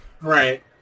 Right